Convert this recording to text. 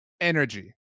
energy –